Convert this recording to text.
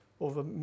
Over